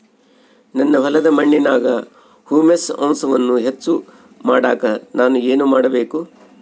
ನನ್ನ ಹೊಲದ ಮಣ್ಣಿನಾಗ ಹ್ಯೂಮಸ್ ಅಂಶವನ್ನ ಹೆಚ್ಚು ಮಾಡಾಕ ನಾನು ಏನು ಮಾಡಬೇಕು?